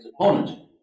opponent